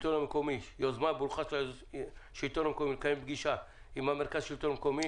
מהשלטון המקומי לקיים פגישה עם המרכז לשלטון מקומי